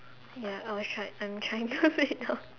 ya I was try I'm trying to write it down